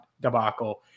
debacle